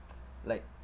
like